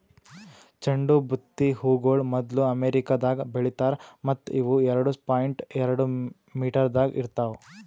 ಚಂಡು ಬುತ್ತಿ ಹೂಗೊಳ್ ಮೊದ್ಲು ಅಮೆರಿಕದಾಗ್ ಬೆಳಿತಾರ್ ಮತ್ತ ಇವು ಎರಡು ಪಾಯಿಂಟ್ ಎರಡು ಮೀಟರದಾಗ್ ಇರ್ತಾವ್